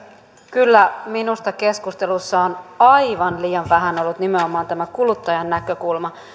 kyllä minusta keskustelussa on aivan liian vähän ollut nimenomaan tämä kuluttajan näkökulma